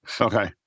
Okay